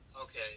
Okay